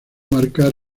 marcar